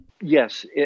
Yes